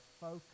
focus